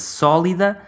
sólida